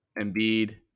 Embiid